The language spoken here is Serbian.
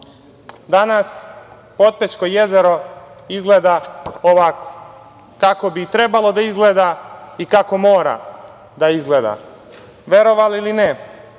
Danas Potpećko jezero izgleda ovako, kako bi trebalo da izgleda, kako mora da izgleda. Verovali ili ne,